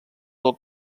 del